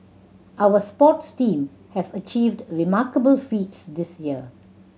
our sports team have achieved remarkable feats this year